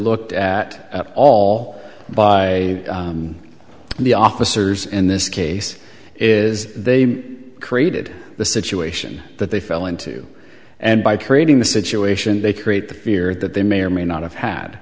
looked at all by the officers in this case is they created the situation that they fell into and by creating the situation they create the fear that they may or may not have had